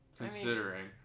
considering